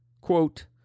Quote